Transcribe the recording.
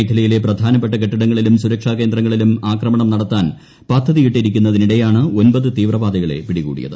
മേഖലയിലെ പ്രധാനപ്പെട്ട കെട്ടിടങ്ങളിലും സുരക്ഷാ കേന്ദ്രങ്ങളിലും ആക്രമണം നടത്താൻ പദ്ധതിയിട്ടിരിക്കുന്നതിനിടെയാണ് ഒൻപത് തീവ്രവാദികളെ പിടികൂടിയത്